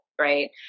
Right